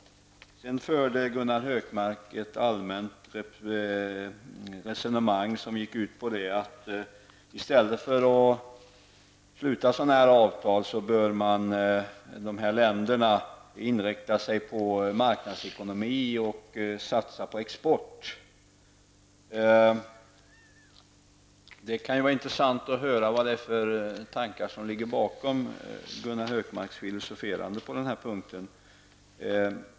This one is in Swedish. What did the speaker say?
Gunnar Hökmark förde vidare ett allmänt resonemang som gick ut på att dessa länder i stället för att sluta avtal av den här typen bör inrikta sig på marknadsekonomi och satsa på export. Det kan vara intressant att höra vilka tankar som ligger bakom Gunnar Hökmarks filosoferande på den här punkten.